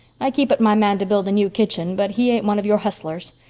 i keep at my man to build a new kitchen, but he ain't one of your hustlers.